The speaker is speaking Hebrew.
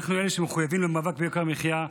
אנחנו אלה שמחויבים למאבק ביוקר המחיה,